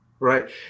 Right